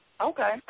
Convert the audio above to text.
Okay